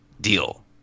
deal